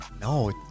No